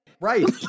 Right